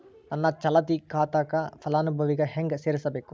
ನನ್ನ ಚಾಲತಿ ಖಾತಾಕ ಫಲಾನುಭವಿಗ ಹೆಂಗ್ ಸೇರಸಬೇಕು?